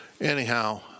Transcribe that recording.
Anyhow